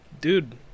dude